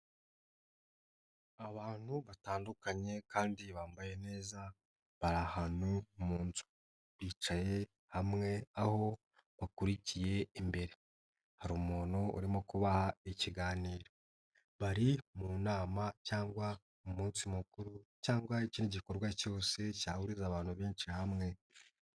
Abantu batandukanye kandi bambaye neza bari ahantu mu nzu bicaye hamwe aho bakurikiye imbere, hari umuntu urimo kubaha ikiganiro, bari mu nama cyangwa mu munsi mukuru cyangwa ikindi gikorwa cyose cyahuriza abantu benshi hamwe.